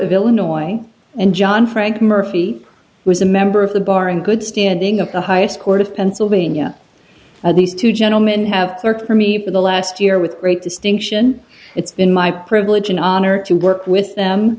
of illinois and john frank murphy was a member of the bar in good standing of the highest court of pennsylvania and these two gentlemen have worked for me for the last year with great distinction it's been my privilege an honor to work with them